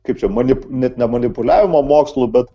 kaip čia mani net ne manipuliavimo mokslu bet